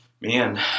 Man